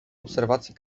obserwacji